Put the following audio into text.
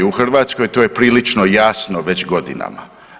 U Hrvatskoj to je prilično jasno već godinama.